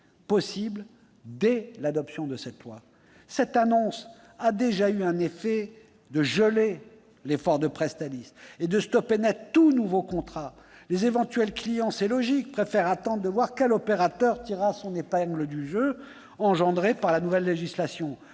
dès son adoption. Cette annonce a déjà eu pour effet de geler l'effort de Presstalis et d'arrêter net tout nouveau contrat : les éventuels clients - c'est logique !- préfèrent attendre de voir quel opérateur tirera son épingle du jeu suscité par la nouvelle législation.